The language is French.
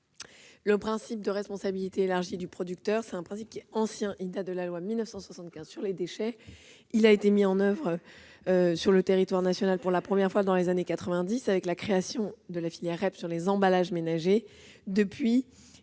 Le principe de responsabilité élargie du producteur est ancien. Il date de la loi de 1975 sur les déchets. Il a été mis en oeuvre sur le territoire national pour la première fois dans les années 1990 avec la création de la filière REP sur les emballages ménagers. Puis